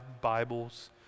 Bibles